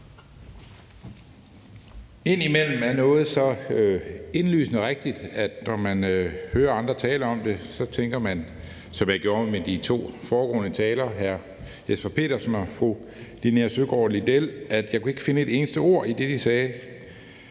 Indimellem er noget så indlysende rigtigt, at når man hører andre til at tale om det, tænker man – som jeg gjorde med de to foregående talere, hr. Jesper Petersen og fru Linea Søgaard-Lidell: Jeg kunne ikke finde et eneste ord i det, de sagde,